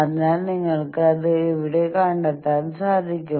അതിനാൽ നിങ്ങൾക്ക് അത് അവിടെ കണ്ടെത്താൻ സാധിക്കും